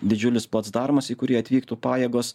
didžiulis placdarmas į kurį atvyktų pajėgos